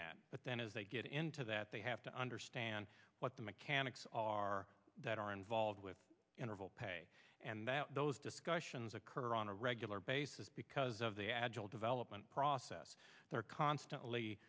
that but then as they get into that they have to understand what the mechanics are that are involved with and those discussions occur on a regular basis because of the agile development process they're constantly